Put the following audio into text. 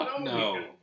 No